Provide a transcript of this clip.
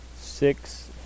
six